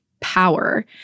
power